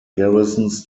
garrisons